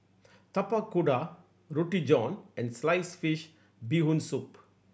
Tapak Kuda Roti John and sliced fish Bee Hoon Soup